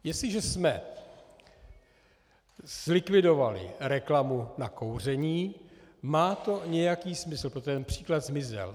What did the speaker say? Jestliže jsem zlikvidovali reklamu na kouření, má to nějaký smysl, protože ten příklad zmizel.